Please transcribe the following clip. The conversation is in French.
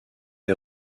est